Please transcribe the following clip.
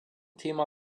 thema